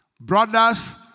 Brothers